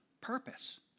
purpose